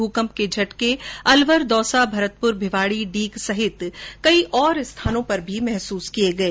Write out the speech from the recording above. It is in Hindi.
मूकंप के झटके अलवर दौसा भरतपुर भिवाड़ी डीग सहित कई जगह पर महसूस किए गए